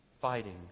fighting